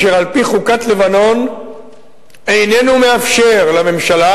אשר על-פי חוקת לבנון איננו מאפשר לממשלה